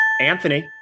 Anthony